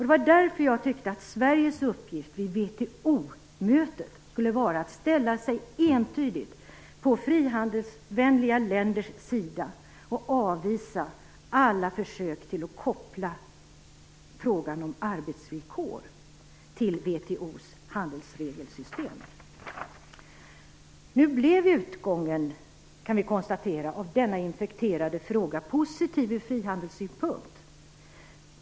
Det var därför jag tyckte att Sveriges uppgift vid VHO-mötet skulle vara att entydigt ställa sig på frihandelsvänliga länders sida och att avvisa alla försök till att koppla frågan om arbetsvillkor till VHO:s handelsregelsystem. Nu kan vi konstatera att utgången av denna infekterade fråga blev positiv ur frihandelssynpunkt.